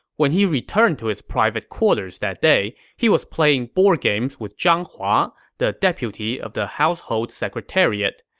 when he returned to his private quarters that day, he was playing board games with zhang hua, the deputy of the household secretariat.